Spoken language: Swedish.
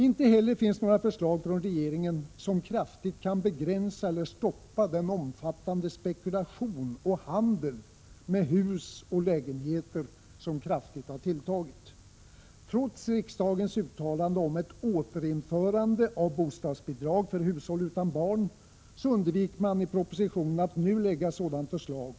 Inte heller finns några förslag från regeringen som kraftigt kan begränsa eller stoppa den omfattande spekulationen och handeln med hus och lägenheter, som har tilltagit kraftigt. Trots riksdagens uttalande om ett återinförande av bostadsbidrag för hushåll utan barn undviker man i propositionen att nu lägga sådant förslag.